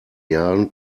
jahren